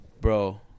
Bro